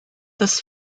das